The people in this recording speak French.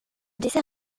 dessert